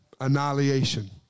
Annihilation